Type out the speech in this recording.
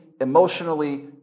emotionally